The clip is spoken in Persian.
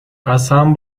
قسم